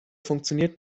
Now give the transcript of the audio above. funktioniert